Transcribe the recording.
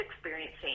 experiencing